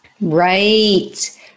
Right